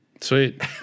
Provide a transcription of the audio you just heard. Sweet